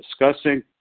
discussing